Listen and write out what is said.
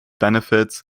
benefits